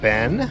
Ben